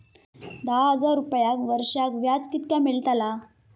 दहा हजार रुपयांक वर्षाक व्याज कितक्या मेलताला?